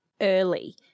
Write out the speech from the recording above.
early